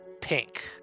pink